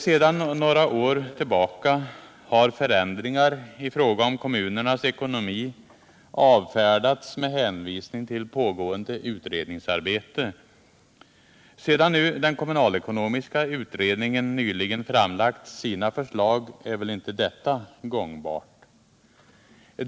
Sedan några år tillbaka har förändringar i fråga om kommunernas ekonomi avfärdats med hänvisning till pågående utredningsarbete. Sedan den kommunalekonomiska utredningen nyligen framlagt sina förslag är väl inte detta gångbart.